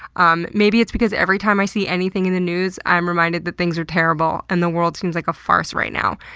um maybe it's because every time i see anything in the news, i'm reminded that things are terrible and the world seems like a farce right now.